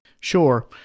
Sure